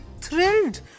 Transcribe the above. Thrilled